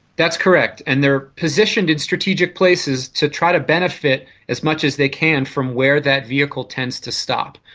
that's correct, and they are positioned in strategic places to try to benefit as much as they can from where that vehicle tends to stop,